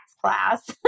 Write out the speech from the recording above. class